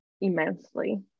immensely